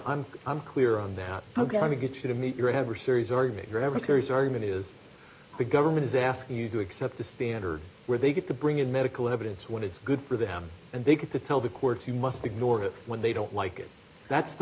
i'm i'm clear on that i'm going to get you to meet your have are series are great records argument is the government is asking you to accept the standard where they get to bring in medical evidence when it's good for them and they get to tell the courts you must ignore it when they don't like it that's the